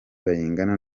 bayingana